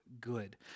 good